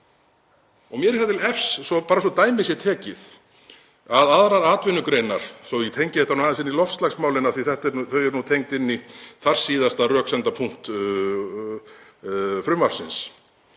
Mér er það til efs, bara svo dæmi sé tekið, að aðrar atvinnugreinar, svo ég tengi þetta nú aðeins inn í loftslagsmálin af því að þau eru tengd inn í þarsíðasta röksemdapunkt frumvarpsins,